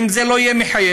אם זה לא יהיה מחייב,